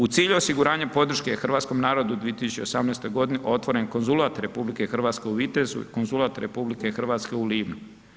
U cilju osiguranja podrške hrvatskom narodu u 2018.g. otvoren konzulat RH u Vitezu i konzulat RH u Livnu.